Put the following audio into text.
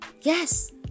yes